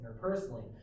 interpersonally